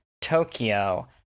Tokyo